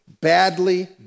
badly